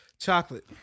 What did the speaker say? Chocolate